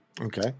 okay